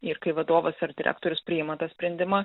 ir kai vadovas ar direktorius priima tą sprendimą